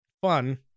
Fun